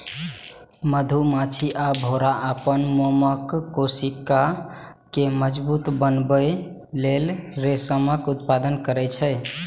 मधुमाछी आ भौंरा अपन मोमक कोशिका कें मजबूत बनबै लेल रेशमक उत्पादन करै छै